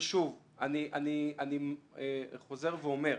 שוב, אני חוזר ואומר,